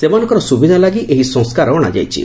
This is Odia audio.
ସେମାନଙ୍କର ସୁବିଧା ଲାଗି ଏହି ସଂସ୍କାର ଅଣାଯାଇଛି